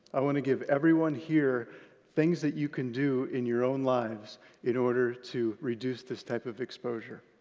i want to give everyone here things that you can do in your own lives in order to reduce this type of exposure.